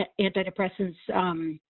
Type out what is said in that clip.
antidepressants